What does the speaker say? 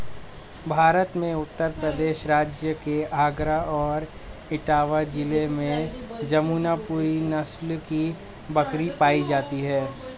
भारत में उत्तर प्रदेश राज्य के आगरा और इटावा जिले में जमुनापुरी नस्ल की बकरी पाई जाती है